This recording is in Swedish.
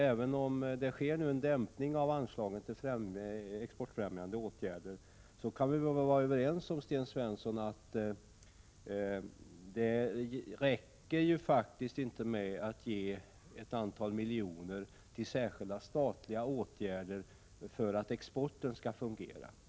Även om det nu sker en dämpning av anslagen till exportfrämjande åtgärder, kan vi väl vara överens om, Sten Svensson, att det faktiskt inte räcker med att avsätta ett antal miljoner till särskilda statliga åtgärder för att exporten skall fungera.